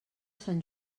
sant